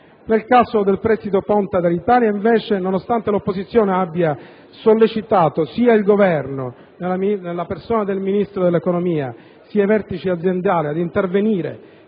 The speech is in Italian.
Nel caso del prestito ponte ad Alitalia, invece, nonostante l'opposizione abbia sollecitato sia il Governo, nella persona del Ministro dell'economia, sia i vertici aziendali ad intervenire